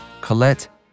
Colette